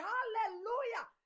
Hallelujah